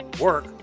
work